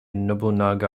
nobunaga